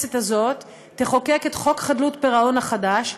הכנסת הזאת תחוקק את חוק חדלות פירעון החדש,